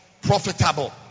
profitable